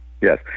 Yes